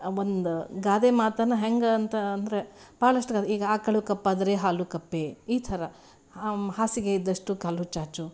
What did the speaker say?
ಒಂದು ಗಾದೆ ಮಾತನ್ನು ಹೆಂಗೆಂತ ಅಂದ್ರೆ ಭಾಳಷ್ಟು ಗಾದೆ ಈಗ ಆಕಳು ಕಪ್ಪಾದರೆ ಹಾಲು ಕಪ್ಪೇ ಈ ಥರ ಹಾಸಿಗೆ ಇದ್ದಷ್ಟು ಕಾಲು ಚಾಚು